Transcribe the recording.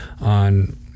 On